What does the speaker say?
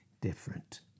different